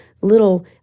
little